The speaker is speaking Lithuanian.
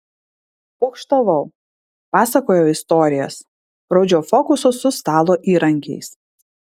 pokštavau pasakojau istorijas rodžiau fokusus su stalo įrankiais